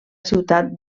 ciutat